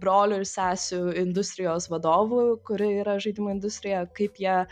brolių ir sesių industrijos vadovų kuri yra žaidimų industrija kaip jie